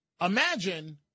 Imagine